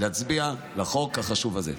להצביע על החוק החשוב הזה.